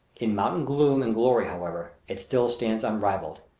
in mountain gloom and glory, however, it still stands unrivaled.